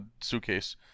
suitcase